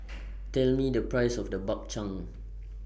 Tell Me The Price of The Bak Chang